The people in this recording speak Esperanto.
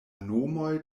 nomoj